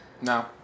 No